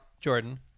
Jordan